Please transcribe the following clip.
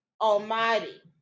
almighty